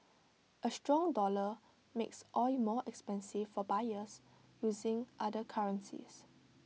A strong dollar makes oil more expensive for buyers using other currencies